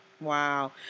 Wow